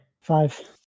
Five